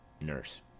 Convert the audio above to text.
Nurse